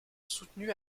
soutenu